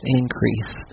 increase